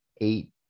eight